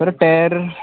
sir tyre